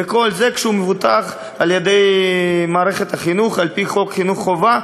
וכל זה כשהוא מבוטח על-ידי מערכת החינוך על-פי חוק לימוד חובה,